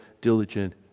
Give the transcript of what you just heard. diligent